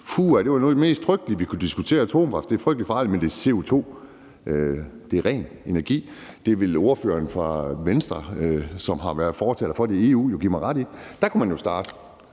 var noget af det mest frygtelige, vi kunne diskutere; atomkraft er frygtelig farligt. Men det er CO2, der er det. Atomkraft er ren energi. Det vil ordføreren fra Venstre, som har været fortaler for det i EU, jo give mig ret i. Der kunne man jo starte.